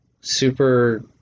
super